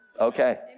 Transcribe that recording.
Okay